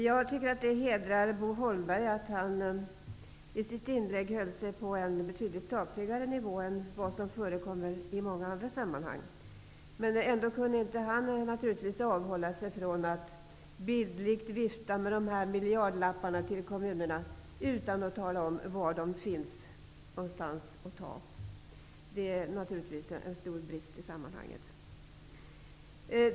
Jag tycker att det hedrar Bo Holmberg att han i sitt inlägg höll sig på en betydligt sakligare nivå än vad som förekommer i många andra sammanhang, men ändå kunde han naturligtvis inte avhålla sig från att, bildligt talat, vifta med miljardlapparna till kommunerna, utan att tala om var någonstans de finns att hämta. Det var en stor brist i sammanhanget.